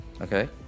Okay